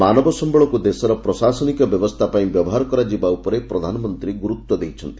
ମାନବ ସମ୍ଭଳକୁ ଦେଶର ପ୍ରଶାସନିକ ବ୍ୟବସ୍ଥା ପାଇଁ ବ୍ୟବହାର କରାଯିବା ଉପରେ ପ୍ରଧାନମନ୍ତ୍ରୀ ଗୁରୁତ୍ୱାରୋପ କରିଛନ୍ତି